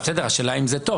השאלה אם זה טוב.